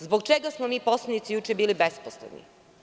Zbog čega smo mi poslanici juče bili besposleni?